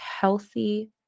healthy